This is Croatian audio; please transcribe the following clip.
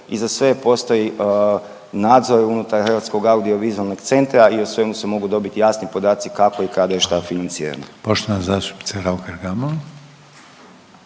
i za sve postoji nadzor unutar Hrvatskog audio vizualnog centra i o svemu se mogu dobit jasni podaci kako i kada je šta financirano. **Reiner, Željko